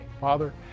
Father